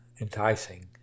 enticing